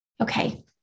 Okay